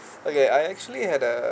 okay I actually had a